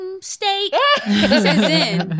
Steak